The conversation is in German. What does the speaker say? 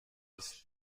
ist